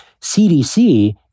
CDC